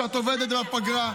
שאת עובדת בפגרה.